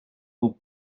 who